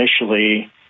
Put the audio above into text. initially